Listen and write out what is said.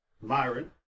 Myron